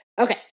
Okay